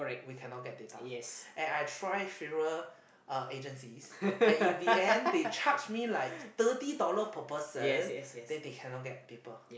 we can not get data and I try fewer uh agencies and in the end they charge me like thirty dollar per person then they can not get people